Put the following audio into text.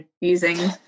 using